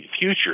future